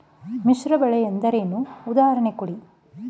ಮಿಶ್ರ ಬೆಳೆ ಎಂದರೇನು, ಉದಾಹರಣೆ ಕೊಡಿ?